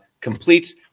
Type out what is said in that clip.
completes